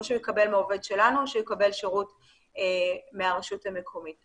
או שהוא יקבל מעובד שלנו או שהוא יקבל מהרשות המקומית.